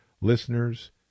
Listeners